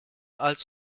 als